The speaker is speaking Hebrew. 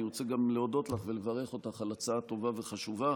אני רוצה גם להודות לך ולברך אותך על הצעה טובה וחשובה,